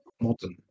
modern